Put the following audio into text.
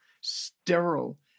sterile